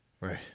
Right